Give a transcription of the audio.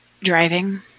Driving